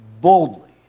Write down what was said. boldly